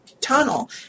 tunnel